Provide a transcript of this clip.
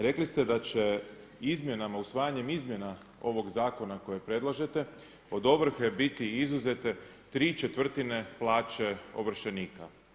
Rekli ste da će izmjenama, usvajanjem izmjena ovog zakona kojeg predlažete od ovrhe biti izuzete tri četvrtine plaće ovršenika.